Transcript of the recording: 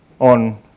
on